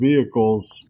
vehicles